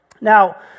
Now